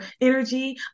energy